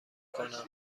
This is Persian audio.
کنم